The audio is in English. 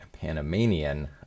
Panamanian